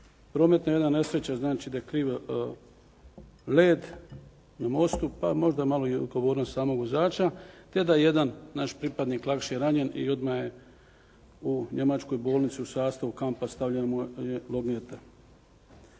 prometnoj, jedna nesreća znači da je kriv led u mostu, pa možda malo i odgovornost samog vozača te da je jedan naš pripadnik lakše ranjen i odmah je u njemačkoj bolnici u sastavu kampa stavljena mu je longeta.